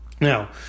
Now